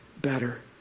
better